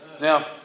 Now